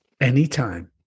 anytime